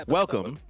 welcome